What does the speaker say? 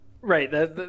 Right